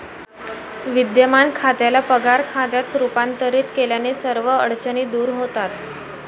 विद्यमान खात्याला पगार खात्यात रूपांतरित केल्याने सर्व अडचणी दूर होतात